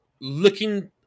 looking